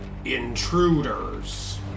intruders